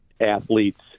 athletes